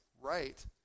right